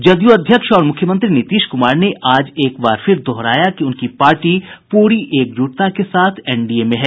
जदयू अध्यक्ष और मुख्यमंत्री नीतीश कुमार ने आज एकबार फिर दोहराया कि उनकी पार्टी पूरी एकजुटता के साथ एनडीए में है